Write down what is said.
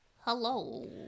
Hello